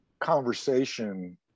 conversation